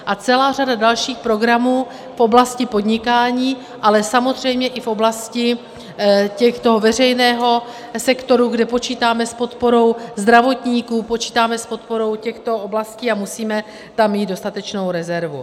A celá řada dalších programů v oblasti podnikání, ale samozřejmě i v oblasti veřejného sektoru, kde počítáme s podporou zdravotníků, počítáme s podporou těchto oblastí a musíme tam mít dostatečnou rezervu.